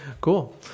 cool